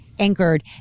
anchored